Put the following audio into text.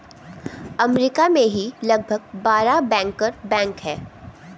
अमरीका में ही लगभग बारह बैंकर बैंक हैं